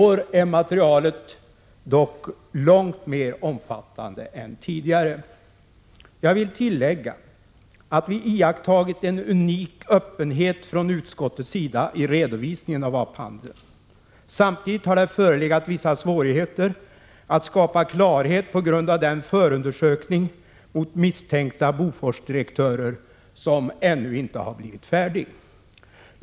I år är materialet dock långt mer omfattande än tidigare. Jag vill tillägga att vi iakttagit en unik öppenhet från utskottets sida i redovisningen av vapenhandeln. Samtidigt har det förelegat vissa svårigheter att skapa klarhet på grund av den förundersökning mot misstänkta Boforsdirektörer som ännu inte blivit färdig.